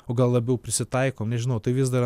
o gal labiau prisitaikom žinau tai vis dar